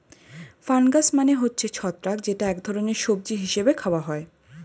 fungus মানে হচ্ছে ছত্রাক যেটা এক ধরনের সবজি হিসেবে খাওয়া হয়